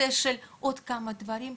יש לי עוד כמה דברים להגיד.